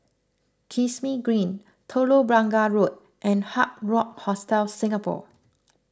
Kismis Green Telok Blangah Road and Hard Rock Hostel Singapore